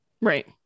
Right